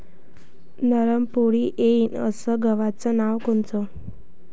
नरम पोळी येईन अस गवाचं वान कोनचं?